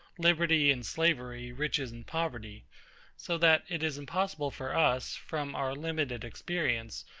liberty and slavery, riches and poverty so that it is impossible for us, from our limited experience,